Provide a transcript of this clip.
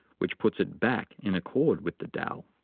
which puts it back in accord with the tao.